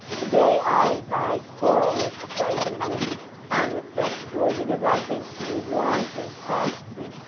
today, i i quarrel with the fashion group on that score, because i think we've long since passed the